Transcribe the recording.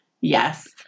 Yes